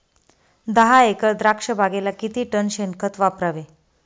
दहा एकर द्राक्षबागेला किती टन शेणखत वापरावे?